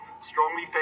strongly